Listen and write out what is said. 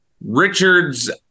Richards